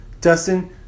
Dustin